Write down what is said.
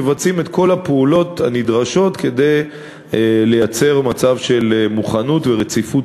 את כל הפעולות הנדרשות כדי לייצר מצב של מוכנות ורציפות